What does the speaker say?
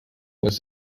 was